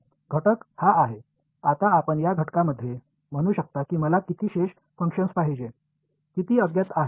घटक हा आहे आता आपण या घटकामध्ये म्हणू शकता की मला किती शेप फंक्शन्स पाहिजे किती अज्ञात आहेत